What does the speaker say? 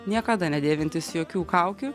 niekada nedėvintis jokių kaukių